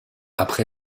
après